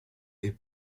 est